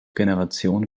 generation